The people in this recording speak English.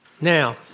Now